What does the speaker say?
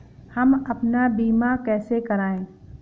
हम अपना बीमा कैसे कराए?